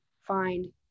find